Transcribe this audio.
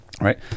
Right